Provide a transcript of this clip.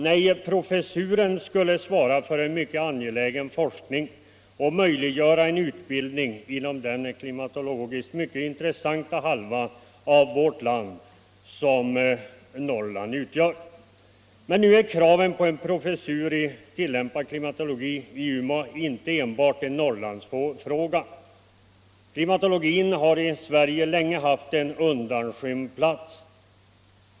Nej, professuren skulle svara för en mycket angelägen forskning och 17 möjliggöra en utbildning inom den klimatologiskt mycket intressanta hälft av vårt land som Norrland utgör. Men en professur i' tillämpad klimatologi är inte enbart en Norrlandsfråga. Klimatologin har i Sverige länge haft en undanskymd plats.